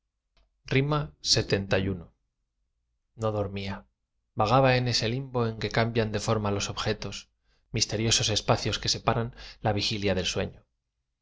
saludaban lxxi no dormía vagaba en ese limbo en que cambian de forma los objetos misteriosos espacios que separan la vigilia del sueño